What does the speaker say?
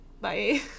Bye